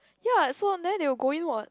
ya so then they will go in what